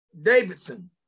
Davidson